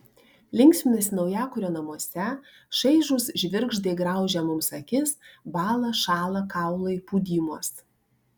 linksminasi naujakurio namuose šaižūs žvirgždai graužia mums akis bąla šąla kaulai pūdymuos